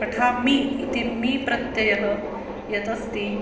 पठामि इति मिप्रत्ययः यः अस्ति